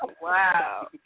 Wow